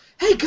Hey